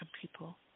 people